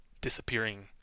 disappearing